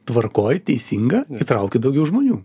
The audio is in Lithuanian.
tvarkoj teisinga įtraukit daugiau žmonių